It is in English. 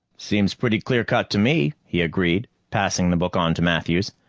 seems pretty clear-cut to me, he agreed, passing the book on to matthews.